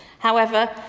however,